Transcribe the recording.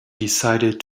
decided